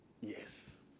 yes